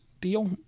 deal